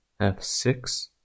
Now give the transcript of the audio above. f6